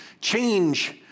change